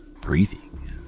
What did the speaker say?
breathing